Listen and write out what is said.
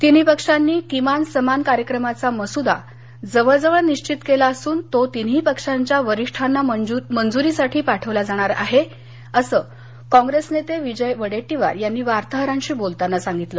तिन्ही पक्षांनी किमान समान कार्यक्रमाचा मसुदा जवळ जवळ निशित केला असुन तो तिन्ही पक्षांच्या वरीठांना मंजुरीसाठी पाठवला जाणार आहे असं कॉप्रेस नेते विजय वडेट्टीवार यांनी वार्ताहरांशी बोलताना सांगितलं